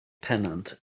pennant